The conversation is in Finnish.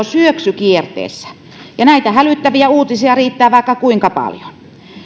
syöksykierteessä ja näitä hälyttäviä uutisia riittää vaikka kuinka paljon